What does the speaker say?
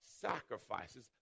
sacrifices